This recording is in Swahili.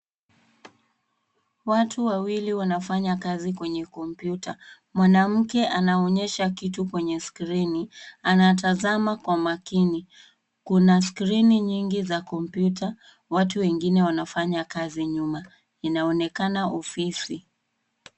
Watu wawili wanafanya kazi kwenye kompyuta. Mwanamke anaonyesha kitu kwenye skrini. Anatazama kwa makini. Kuna skrini nyingi za kompyuta. Watu wengine wanafanya kazi nyuma. Inaonekana ofisi.